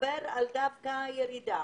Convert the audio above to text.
מראה ירידה.